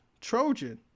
Trojan